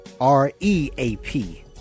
R-E-A-P